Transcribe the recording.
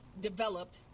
developed